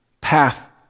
path